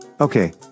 Okay